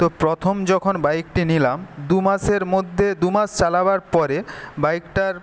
তো প্রথম যখন বাইকটি নিলাম দুমাসের মধ্যে দুমাস চালাবার পরে বাইকটার